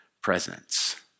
presence